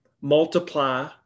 multiply